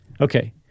Okay